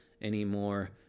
anymore